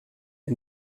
der